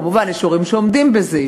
כמובן שיש הורים שעומדים בזה.